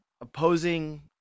opposing